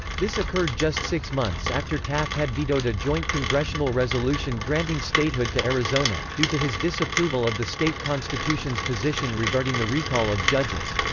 this occurred just six months after taft had vetoed a joint congressional resolution granting statehood to arizona, due to his disapproval of the state constitution's position regarding the recall of judges.